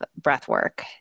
breathwork